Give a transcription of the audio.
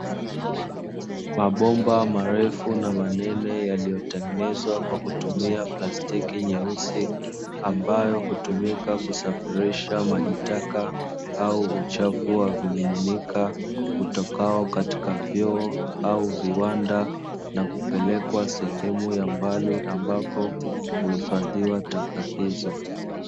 Mabomba marefu na manene yaliyotengenezwa kwa kutumia plastiki nyeusi, ambayo hutumika kusafirisha maji taka au uchafu wa vimininika, utokao katika vyoo au viwanda na kupelekwa sehemu ya mbali ambapo huifadhiwa taka hizo.